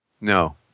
No